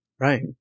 Right